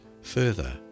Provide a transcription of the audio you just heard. further